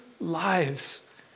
lives